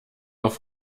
auf